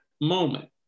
moment